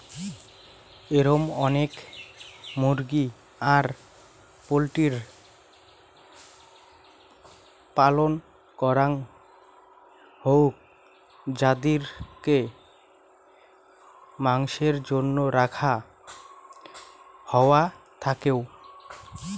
এরম অনেক মুরগি আর পোল্ট্রির পালন করাং হউক যাদিরকে মাসের জন্য রাখা হওয়া থাকেঙ